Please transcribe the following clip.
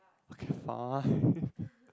okay fine